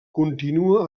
continua